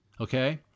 Okay